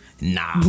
nah